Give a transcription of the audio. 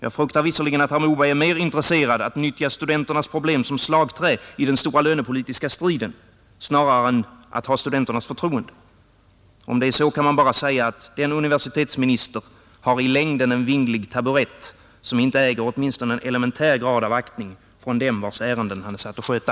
Jag fruktar visserligen att herr Moberg är mer intresserad av att nyttja studenternas problem som slagträ i den stora lönepolitiska striden än av att ha studenternas förtroende. Men om det är så kan man bara säga, att den universitetsminister har i längden en vinglig taburett som inte äger åtminstone en elementär grad av aktning bland dem vilkas ärenden han är satt att sköta.